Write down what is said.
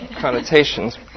connotations